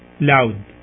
loud